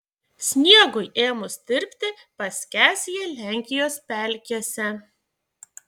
sniegui ėmus tirpti paskęs jie lenkijos pelkėse